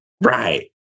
Right